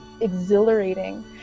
exhilarating